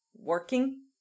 working